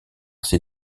ses